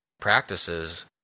practices